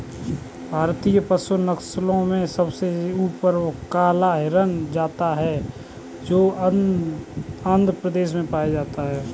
भारतीय पशु नस्लों में सबसे ऊपर काला हिरण आता है जो आंध्र प्रदेश में पाया जाता है